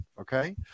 okay